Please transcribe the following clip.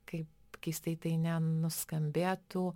kaip keistai tai nenuskambėtų